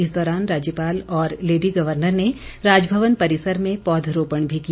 इस दौरान राज्यपाल और लेडी गवर्नर ने राजभवन परिसर में पौधरोपण भी किया